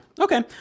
Okay